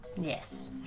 Yes